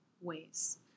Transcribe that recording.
ways